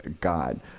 God